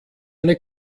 eine